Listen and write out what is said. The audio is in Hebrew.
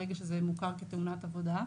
ברגע שזה מוכר כתאונת עבודה.